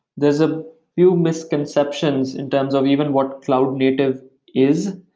there's a few misconceptions in terms of even what cloud native is.